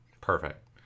Perfect